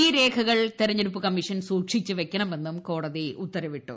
ഈ രേഖകൾ തെരഞ്ഞെടുപ്പ് കമ്മീഷൻ സൂക്ഷിച്ച് വയ്ക്കണമെന്നും കോടതി ഉത്തരവിട്ടു